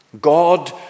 God